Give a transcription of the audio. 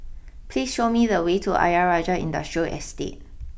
please show me the way to Ayer Rajah Industrial Estate